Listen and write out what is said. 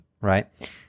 right